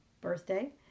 birthday